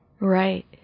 Right